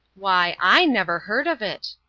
why, i never heard of it.